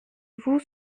vous